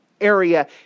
area